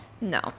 No